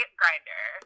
grinder